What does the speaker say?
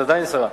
את עדיין שרה,